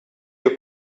your